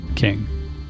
King